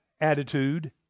attitude